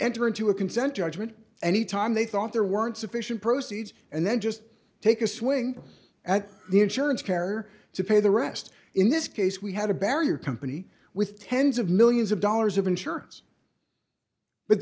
enter into a consent judgment any time they thought there weren't sufficient proceeds and then just take a swing at the insurance carrier to pay the rest in this case we had a barrier company with tens of millions of dollars of insurance but